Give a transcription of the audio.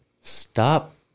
stop